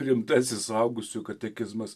rimtasis suaugusiųjų katekizmas